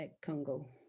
Congo